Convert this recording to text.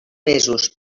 mesos